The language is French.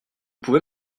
pouvez